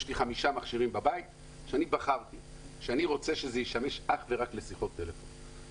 יש לי חמישה מכשירים בבית שאני רוצה שהם ישמשו אך ורק לשיחות טלפון,